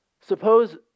Suppose